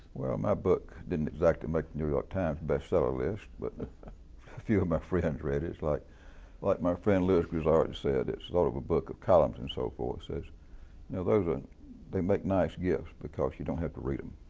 well, my book didn't exactly make the new york time bestseller list, but a few of my friends read it. like but my friend, lewis grizzard said, it's sort of a book of columns and so forth. said you know ah they make nice gifts because you don't have to read them.